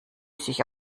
sich